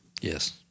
Yes